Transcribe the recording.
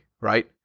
right